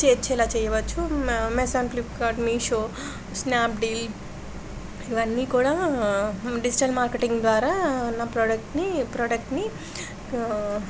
చేర్చేలా చేయవచ్చు Amazon Flipkart Meesho Snapdeal ఇవన్నీ కూడా డిజిటల్ మార్కెటింగ్ ద్వారా నా ప్రోడక్ట్ని ప్రోడక్ట్ని